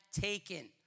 taken